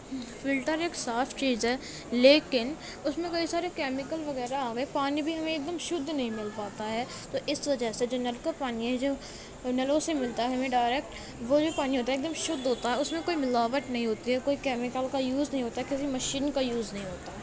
filter ایک صاف چیز ہے لیکن اُس میں کئی سارے کیمیکل وغیرہ آ گئے پانی بھی ہمیں ایک دم شُدھ نہیں مل پاتا ہے تو اِس وجہ سے جو نل کا پانی ہے جو نلوں سے ملتا ہے ہمیں ڈائریکٹ وہ جو پانی ہوتا ہے ایک دم شُدھ ہوتا ہے اُس میں کوئی ملاوٹ نہیں ہوتی ہے کوئی کیمیکل کا یوز نہیں ہوتا ہے کیونکہ مشین کا یوز نہیں ہوتا ہے